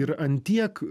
ir ant tiek